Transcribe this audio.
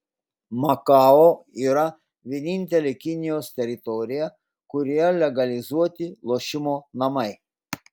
makao yra vienintelė kinijos teritorija kurioje legalizuoti lošimo namai